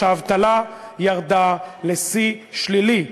האבטלה ירדה לשיא שלילי,